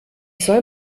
soll